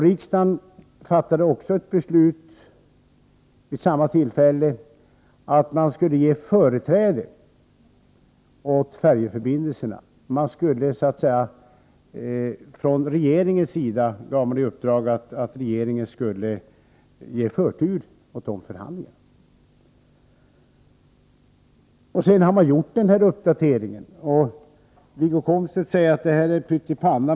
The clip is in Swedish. Riksdagen fattade också vid samma tillfälle ett beslut om att man skulle ge färjeförbindelserna företräde. Man uppdrog åt regeringen att ge förtur åt förhandlingarna härom. Uppdateringen har sedan gjorts. Wiggo Komstedt säger att det är pyttipanna.